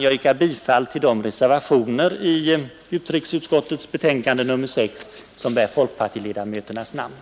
Jag yrkar bifall till de reservationer vid utrikesutskottets betänkande nr 6 som upptar folkpartiledarmöternas namn.